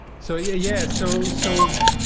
so, yeah. yeah so, so